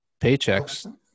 paychecks